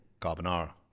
Carbonara